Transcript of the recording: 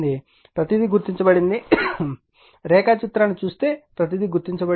కాబట్టి ప్రతీది గుర్తించబడింది రేఖాచిత్రాన్ని చూస్తే ప్రతీది గుర్తించబడింది